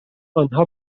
آنها